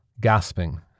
Gasping